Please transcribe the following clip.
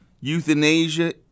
Euthanasia